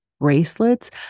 bracelets